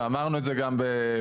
ואמרנו את זה גם במחליטים,